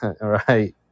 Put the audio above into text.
right